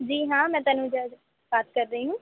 जी हाँ मैं तनुजा बात कर रही हूँ